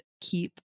keep